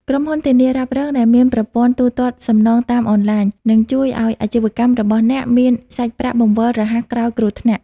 ក្រុមហ៊ុនធានារ៉ាប់រងដែលមាន ប្រព័ន្ធទូទាត់សំណងតាមអនឡាញ នឹងជួយឱ្យអាជីវកម្មរបស់អ្នកមានសាច់ប្រាក់បង្វិលរហ័សក្រោយគ្រោះថ្នាក់។